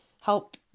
help